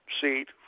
seat